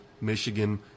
Michigan